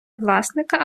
власника